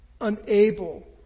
unable